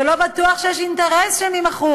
ולא בטוח שיש אינטרס שהן יימכרו,